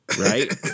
right